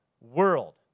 world